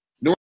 no